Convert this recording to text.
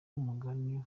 umugani